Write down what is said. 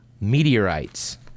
meteorites